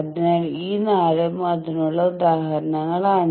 അതിനാൽ ഈ നാലും അതിനുള്ള ഉദാഹരണങ്ങളാണ്